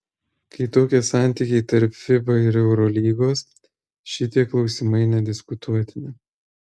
kai tokie santykiai tarp fiba ir eurolygos šitie klausimai nediskutuotini